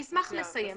אני אשמח לסיים.